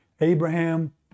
Abraham